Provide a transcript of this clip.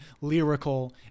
lyrical